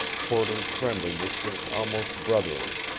porter's friendliness was almost brotherly.